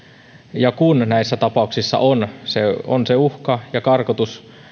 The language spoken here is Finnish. ja kun näissä tapauksissa on se on se uhka ja karkotus